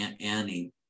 Annie